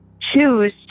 choose